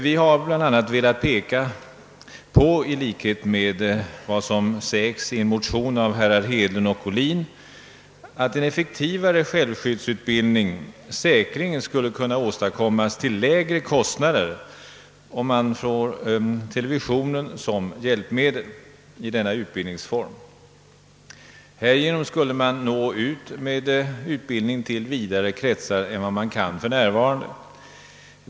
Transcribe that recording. Vi har bl a. velat peka på att, såsom sägs i en motion av herrar Hedlund och Ohlin, en effektivare självskyddsutbildning säkerligen kan åstadkommas till lägre kostnader om man får televisionen som hjälpmedel i denna utbildningsform. Härigenom skulle man nå ut med utbildning till vidare kretsar än f. n.